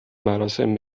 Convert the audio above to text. مراسم